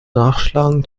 nachschlagen